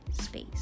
space